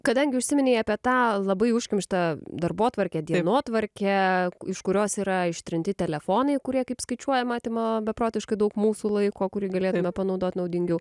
kadangi užsiminei apie tą labai užkimšta darbotvarkė dienotvarkę iš kurios yra ištrinti telefonai kurie kaip skaičiuojam atima beprotiškai daug mūsų laiko kurį galėtume panaudot naudingiau